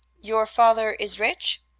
your father is rich?